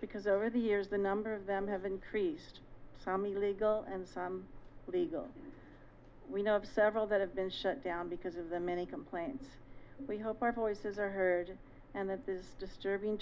because over the years the number of them have increased some legal and some legal we know of several that have been shut down because of the many complaints we hope our voices are heard and the disturbing